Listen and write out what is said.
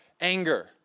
anger